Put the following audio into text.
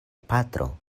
patro